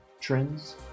trends